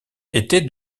étaient